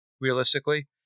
realistically